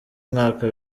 mwaka